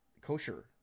kosher